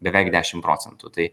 beveik dešim procentų tai